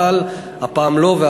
אבל הפעם לא.